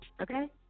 okay